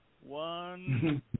one